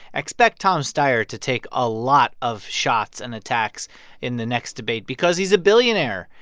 expect tom steyer to take a lot of shots and attacks in the next debate because he's a billionaire.